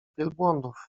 wielbłądów